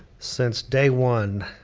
since day one,